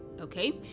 Okay